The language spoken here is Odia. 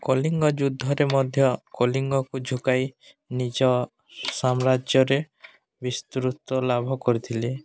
କଳିଙ୍ଗ ଯୁଦ୍ଧରେ ମଧ୍ୟ କଳିଙ୍ଗକୁ ଝୁକାଇ ନିଜ ସାମ୍ରାଜ୍ୟରେ ବିସ୍ତୃତ ଲାଭ କରିଥିଲେ